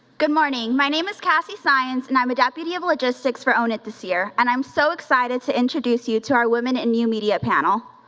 good morning, my name is cassie science and i'm a deputy of logistics for own it this year and i'm so excited to introduce you to our women in new media panel.